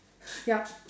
yup